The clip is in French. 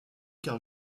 car